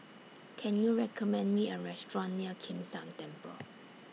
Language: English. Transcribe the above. Can YOU recommend Me A Restaurant near Kim San Temple